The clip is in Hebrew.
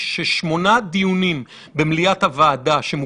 אני חושב שהחיבור הזה לא טוב,